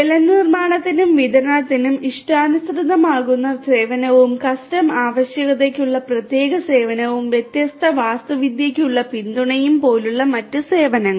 ജലനിർമ്മാണത്തിനും വിതരണത്തിനും ഇഷ്ടാനുസൃതമാക്കാവുന്ന സേവനവും കസ്റ്റം ആവശ്യകതയ്ക്കുള്ള പ്രത്യേക സേവനവും വ്യത്യസ്ത വാസ്തുവിദ്യയ്ക്കുള്ള പിന്തുണയും പോലുള്ള മറ്റ് സേവനങ്ങൾ